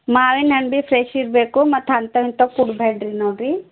ಮಾವಿನ ಹಣ್ಣು ಭಿ ಫ್ರೆಶ್ ಇರಬೇಕು ಮತ್ತೆ ಅಂತವ್ ಇಂತವು ಕೊಡಬ್ಯಾಡ್ರಿ ನೋಡಿರಿ